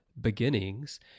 Beginnings